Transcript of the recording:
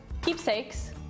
Keepsakes